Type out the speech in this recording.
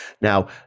Now